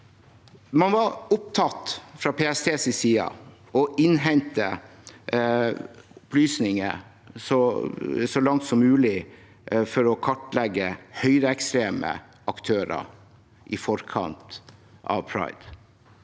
Man var fra PSTs side opptatt av å innhente opplysninger, så langt som mulig, for å kartlegge høyreekstreme aktører i forkant av pride.